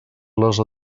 les